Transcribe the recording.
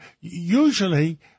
usually